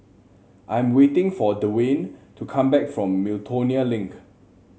I'm waiting for Dewayne to come back from Miltonia Link